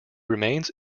remains